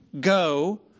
go